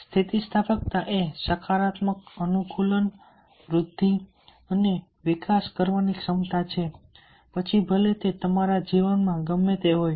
સ્થિતિસ્થાપકતા એ સકારાત્મક અનુકૂલન વૃદ્ધિ અને વિકાસ કરવાની ક્ષમતા છે પછી ભલે તે તમારા જીવનમાં ગમે તે હોય